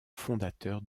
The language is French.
fondateur